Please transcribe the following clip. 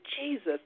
Jesus